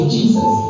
Jesus